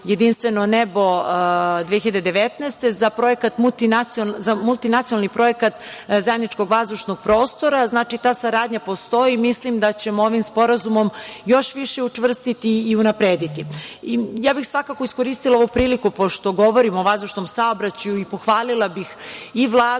„Jedinstveno nebo 2019“ za multinacionalni projekat zajedničkog vazdušnog prostora. Znači, ta saradnja postoji. Mislim da ćemo je ovim sporazumom još više učvrstiti i unaprediti. Ja bih svakako iskoristila ovu priliku pošto govorim o vazdušnom saobraćaju i pohvalila bih i Vladu,